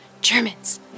Germans